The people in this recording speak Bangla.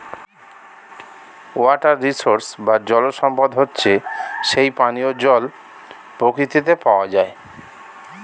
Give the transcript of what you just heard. ওয়াটার রিসোর্স বা জল সম্পদ হচ্ছে যেই পানিও জল প্রকৃতিতে পাওয়া যায়